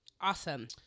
Awesome